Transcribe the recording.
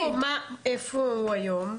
איפה הוא היום?